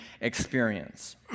experience